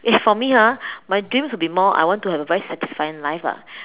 if for me ah my dreams will be more I want to have a very satisfying life lah